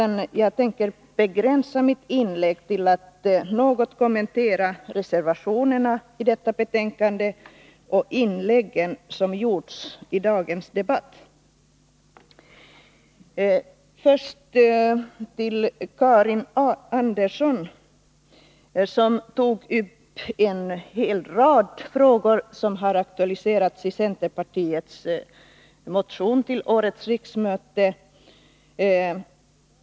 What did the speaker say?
Jag tänker begränsa mitt inlägg till att något kommentera reservationerna i detta betänkande och de inlägg som gjorts i dagens debatt. Karin Andersson tog upp en hel rad frågor, som aktualiserats i centerpartiets motion till årets riksmöte.